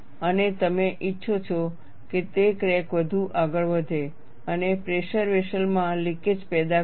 અને તમે ઈચ્છો છો કે તે ક્રેક વધુ આગળ વધે અને પ્રેશર વેસલ માં લીકેજ પેદા કરો